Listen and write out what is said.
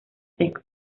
seco